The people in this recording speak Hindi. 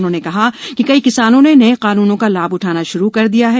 उन्होंने कहा कि कई किसानों ने नए कानूनों का लाभ उठाना श्रू कर दिया है